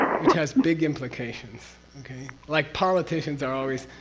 which has big implications. okay? like politicians are always.